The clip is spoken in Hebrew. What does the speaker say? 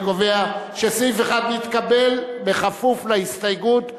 אני קובע שסעיף 1 נתקבל בכפוף להסתייגות,